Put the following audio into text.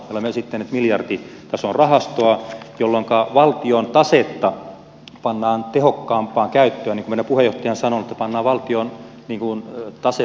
olemme esittäneet miljarditason rahastoa jolloinka valtion tasetta pannaan tehokkaampaan käyttöön niin kuin meidän puheenjohtaja on sanonut pannaan valtion tase parempiin töihin